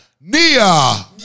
Nia